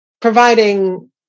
providing